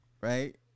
right